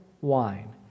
wine